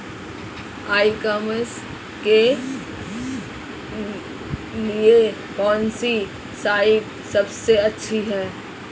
ई commerce के लिए कौनसी साइट सबसे अच्छी है?